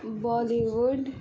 Bali would